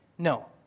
No